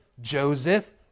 Joseph